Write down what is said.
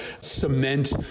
cement